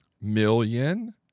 million